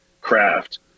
craft